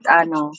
ano